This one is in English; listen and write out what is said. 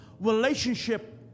relationship